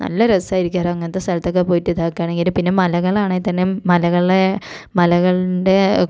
നല്ല രസമായിരിക്കും ഒരു അങ്ങനത്തെ സ്ഥലത്തൊക്കെ പോയിട്ട് ഇതാക്കുകയാണെങ്കിൽ പിന്നെ മലകളാണേ തന്നെ മലകളെ മലകളുടെ